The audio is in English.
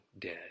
dead